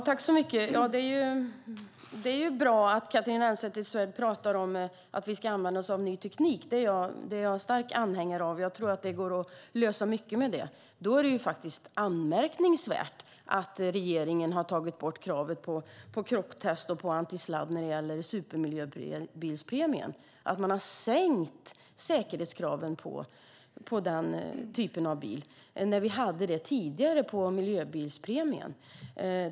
Fru talman! Det är bra att Catharina Elmsäter-Svärd talar om att vi ska använda oss av ny teknik. Det är jag en stark anhängare av; jag tror att det går att lösa mycket med det. Men då är det anmärkningsvärt att regeringen har tagit bort kravet på krocktest och på antisladd när det gäller supermiljöbilspremien. Man har sänkt säkerhetskraven på denna typ av bil trots att man hade det tidigare på miljöbilspremien.